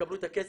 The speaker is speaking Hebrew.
יקבלו את הכסף,